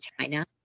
China